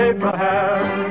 Abraham